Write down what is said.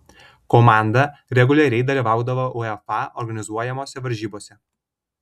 komanda reguliariai dalyvaudavo uefa organizuojamose varžybose